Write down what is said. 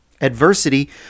Adversity